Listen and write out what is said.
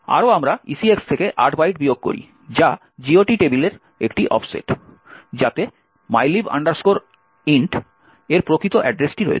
আরও আমরা ECX থেকে 8 বাইট বিয়োগ করি যা GOT টেবিলের একটি অফসেট যাতে mylib int এর প্রকৃত অ্যাড্রেসটি রয়েছে